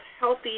healthy